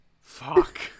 Fuck